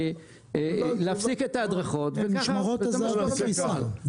להפסיק את ההדרכות וזה מה שקורה בפועל.